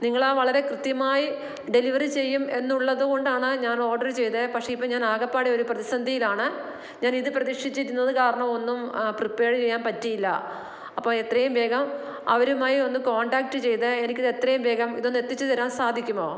നിങ്ങൾ ആ വളരെ കൃത്യമായി ഡെലിവറി ചെയ്യും എന്നുള്ളത് കൊണ്ടാണ് ഞാൻ ഓർഡർ ചെയ്തത് പക്ഷേ ഇപ്പോൾ ഞാൻ ആകപ്പാടെ ഒരു പ്രതിസന്ധിയിലാണ് ഞാൻ ഇത് പ്രതീക്ഷിച്ചിരുന്നത് കാരണമൊന്നും പ്രിപേർ ചെയ്യാൻ പറ്റിയില്ല അപ്പോൾ എത്രയും വേഗം അവരുമായി ഒന്ന് കോൺടാക്ട് ചെയ്തു എനിക്ക് ഇത് എത്രയും വേഗം ഇതൊന്നു എത്തിച്ചു തരാൻ സാധിക്കുമോ